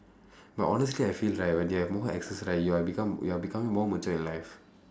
but honestly I feel right when you have more exes right you are become you are becoming more mature in life